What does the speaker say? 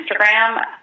Instagram